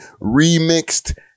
remixed